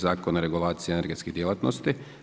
Zakona o regulaciji energetskih djelatnosti.